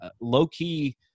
low-key